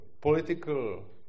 political